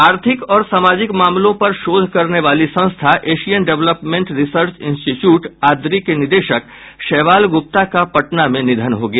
आर्थिक और सामाजिक मामलों पर शोध करने वाली संस्था Asian Development Research Institute ADRI के निदेशक शैवाल गुप्ता का पटना में निधन हो गया